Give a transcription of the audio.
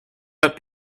but